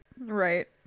Right